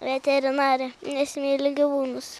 veterinare nes myliu gyvūnus